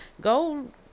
Go